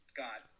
got